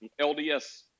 LDS